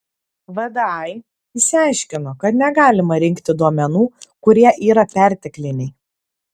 vdai išaiškino kad negalima rinkti duomenų kurie yra pertekliniai